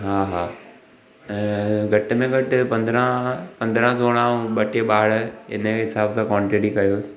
हा हा घटि में घटि पंद्रहं पंद्रहं सोरहं ऐं ॿ टे ॿार इन जे हिसाब सां क्वांटिटी कयोसि